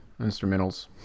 instrumentals